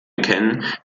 erkennen